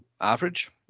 average